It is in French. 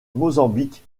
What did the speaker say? mozambique